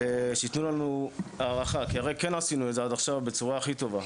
שייתנו לנו הארכה כי עשינו את זה עד עכשיו בצורה הכי טובה,